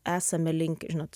esame linkę žinot